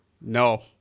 No